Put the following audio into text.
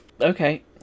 Okay